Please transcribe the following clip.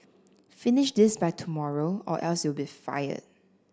finish this by tomorrow or else you'll be fired